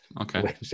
Okay